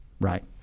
right